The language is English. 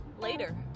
later